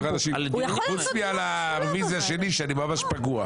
חוץ מעל הרביזיה שלי שאני ממש פגוע.